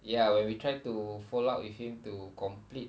ya when we try to follow up with him to complete